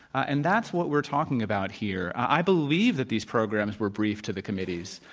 and that's what we're talking about here. i believe that these programs were briefed to the committees.